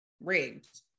rigged